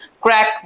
crack